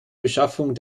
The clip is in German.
beschaffung